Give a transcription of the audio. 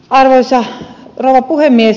arvoisa rouva puhemies